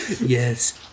Yes